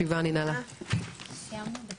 הישיבה ננעלה בשעה 13:02.